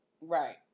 right